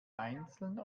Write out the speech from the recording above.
einzeln